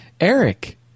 Eric